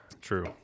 True